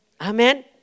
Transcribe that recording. Amen